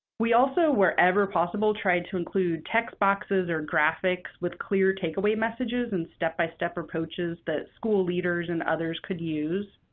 we also, wherever possible, tried to include text boxes or graphics with clear takeaway messages and step-by-step approaches that school leaders and others could use.